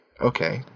Okay